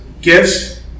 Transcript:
gifts